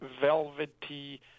velvety